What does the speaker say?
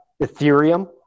Ethereum